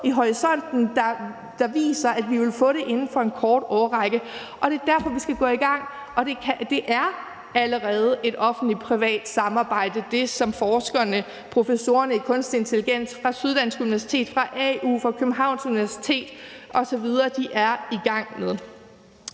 i horisonten, der viser, at vi vil få det inden for en kort årrække. Det er derfor, vi skal gå i gang. Det, som professorerne i kunstig intelligens fra Syddansk Universitet, fra AU, fra Københavns Universitet osv. er i gang med,